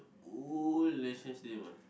old National Stadium ah